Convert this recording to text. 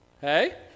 Hey